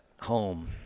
home